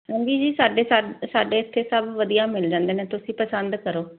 ਚੰਗੀ ਜੀ ਸਾਡੇ ਇਥੇ ਸਭ ਵਧੀਆ ਮਿਲ ਜਾਂਦੇ ਨੇ ਤੁਸੀਂ ਪਸੰਦ ਕਰੋ